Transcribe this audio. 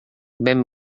ben